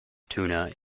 tuna